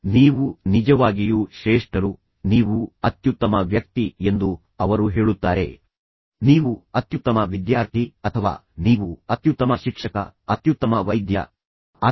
ತದನಂತರ ನೀವು ಅವರೊಂದಿಗೆ ಫಲಿತಾಂಶಗಳ ಬಗ್ಗೆ ಮಾತುಕತೆ ಮಾಡಬೇಕು ಮತ್ತು ನಂತರ ನೀವು ಪರಿಹಾರವನ್ನು ಆಯ್ಕೆ ಮಾಡಿ ಅದು ಎಲ್ಲರಿಗೂ ಅನುಕೂಲಕರವಾಗಿರುವಂತದ್ದು ಆಗಿರಬೇಕು